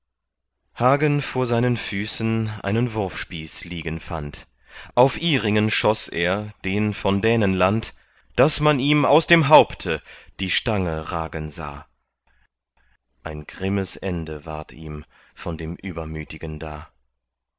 hagen vor seinen füßen einen wurfspieß liegen fand auf iringen schoß er den von dänenland daß man ihm aus dem haupte die stange ragen sah ein grimmes ende ward ihm von dem übermütigen da